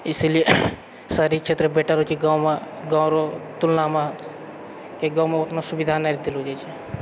इसीलिए शहरी क्षेत्र बेटर होइत छै गाँवमे गाँव अरु तुलनामे कि गाँवमे उतना सुविधा नहि रहैत छै